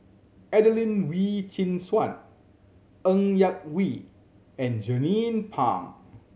Adelene Wee Chin Suan Ng Yak Whee and Jernnine Pang